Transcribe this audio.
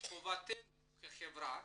חובתנו כחברה